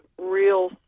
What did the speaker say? real